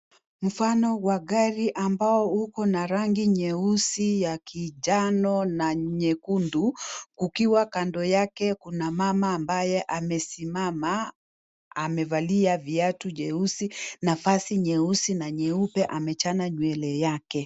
Mfano wa gari ambao uko na rangi nyeusi ya kijano na nyekundu, kukiwa kando yake kuna mama ambaye amesimama amevalia viatu jeusi na vazi nyeusi na nyeupe amechana nywele yake.